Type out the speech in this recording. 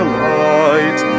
light